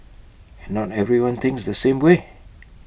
not everyone thinks the same way